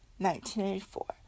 1984